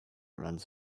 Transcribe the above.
runs